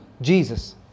Jesus